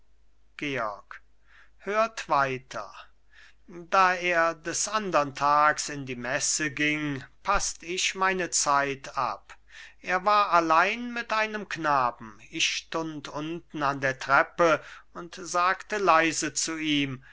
georg hört weiter da er des andern tags in die messe ging paßt ich meine zeit ab er war allein mit einem knaben ich stund unten an der treppe und sagte leise zu ihm